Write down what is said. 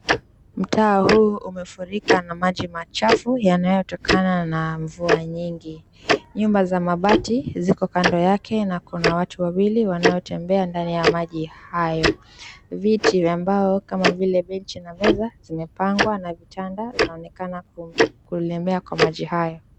Mtaa huu umefurika na maji machafu yanayotokana na mvua nyingi. Nyumba za mabati ziko kando yake na kuna watu wawili wanaotembea ndani ya maji hayo. Viti ambavyo kama vile benchi na meza zimepangwa na vitanda zinaonekana kulilemea kwa maji hayo.